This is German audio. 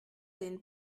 dem